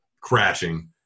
crashing